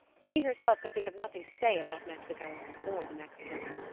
she herself could think of nothing to say about mexico or the mexicans.